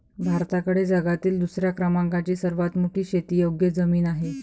भारताकडे जगातील दुसऱ्या क्रमांकाची सर्वात मोठी शेतीयोग्य जमीन आहे